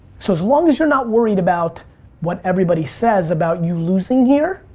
so as long as you're not worried about what everybody says about you losing here,